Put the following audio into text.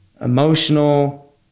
emotional